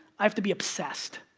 i have to be obsessed.